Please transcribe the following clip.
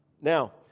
Now